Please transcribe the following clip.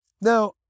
Now